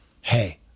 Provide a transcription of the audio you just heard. hey